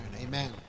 amen